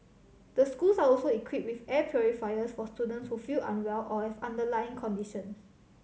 the schools are also equipped with air purifiers for students who feel unwell or have underlying conditions